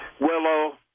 Willow